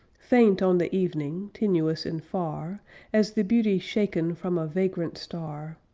faint on the evening tenuous and far as the beauty shaken from a vagrant star,